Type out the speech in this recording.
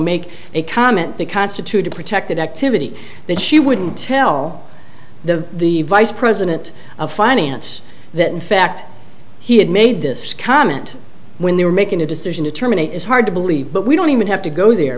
make a comment that constitute a protected activity that she wouldn't tell the the vice president of finance that in fact he had made this comment when they were making a decision to terminate is hard to believe but we don't even have to go there